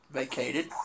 vacated